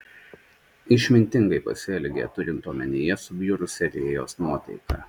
išmintingai pasielgė turint omenyje subjurusią rėjos nuotaiką